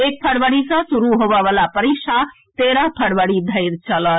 एक फरवरी सँ शुरू होबय वला परीक्षा तेरह फरवरी धरि चलत